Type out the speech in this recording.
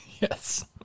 Yes